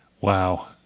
Wow